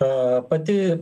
a pati